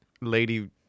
lady